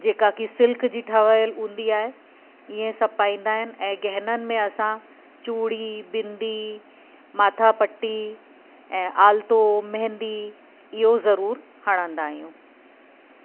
जेका कि सिल्क जी ठहल हूंदी आहे इअं सभु पाईंदा आहिनि ऐं गहिननि में असां चूड़ी बिंदी माथापट्टी ऐं आलतो मेंदी इहो ज़रूरु हणंदा आहियूं